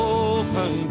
open